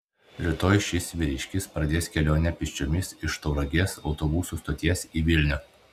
rytoj šis vyriškis pradės kelionę pėsčiomis iš tauragės autobusų stoties į vilnių